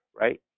right